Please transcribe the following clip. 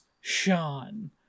Sean